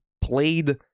played